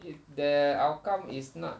if the outcome is not